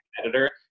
editor